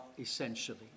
essentially